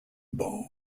banque